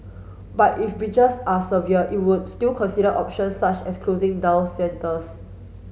but if breaches are severe it will still consider options such as closing down centres